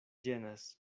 ĝenas